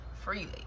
freely